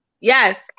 Yes